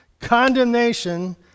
condemnation